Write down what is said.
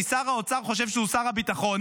כי שר האוצר חושב שהוא שר הביטחון,